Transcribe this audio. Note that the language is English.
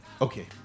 okay